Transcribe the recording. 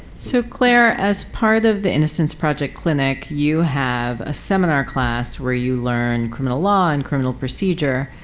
so clare, as part of the innocence project clinic you have a seminar class where you learn criminal law and criminal procedure.